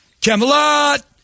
Camelot